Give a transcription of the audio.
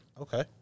okay